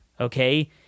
Okay